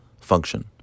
function